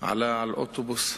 עלה לאוטובוס מס'